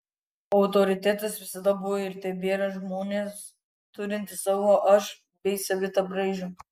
autoritetas visada buvo ir tebėra žmonės turintys savo aš bei savitą braižą